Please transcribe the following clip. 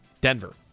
Denver